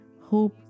hope